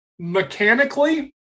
mechanically